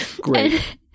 Great